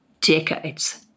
decades